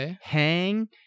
Hang